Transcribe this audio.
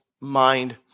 mind